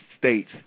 states